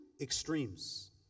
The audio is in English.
extremes